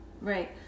right